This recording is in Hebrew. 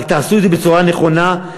רק תעשו את זה בצורה נכונה,